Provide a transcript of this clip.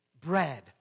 bread